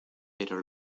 pero